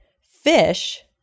Fish